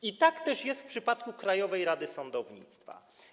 I tak też jest w przypadku Krajowej Rady Sądownictwa.